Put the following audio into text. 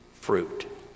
fruit